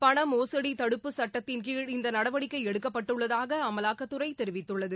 பண மோசடி தடுப்பு சட்டத்தின் கீழ் இந்த நடவடிக்கை எடுக்கப்பட்டுள்ளதாக அமலாக்கத்துறை தெரிவித்துள்ளது